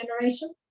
generation